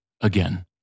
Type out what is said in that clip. again